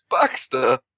Baxter